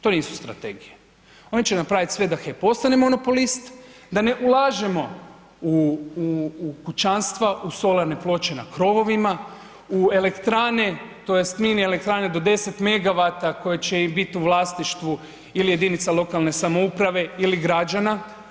To nisu strategije, oni će napraviti sve da HEP ostane monopolist, da ne ulažemo u kućanstva u solarne ploče na krovovima, u elektrane, tj. mini elektrane do 10MW koje će biti u vlasništvu ili jedinica lokalne samouprave ili građana.